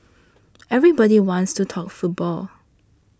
everybody wants to talk football